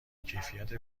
کیفیت